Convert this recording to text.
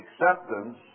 acceptance